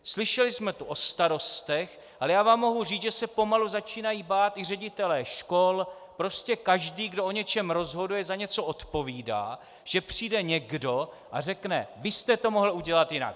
Slyšeli jsme tu o starostech, ale já vám mohu říct, že se pomalu začínají bát i ředitelé škol, prostě každý, kdo o něčem rozhoduje, za něco odpovídá, že přijde někdo a řekne: Vy jste to mohl udělat jinak.